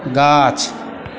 गाछ